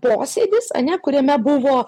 posėdis ane kuriame buvo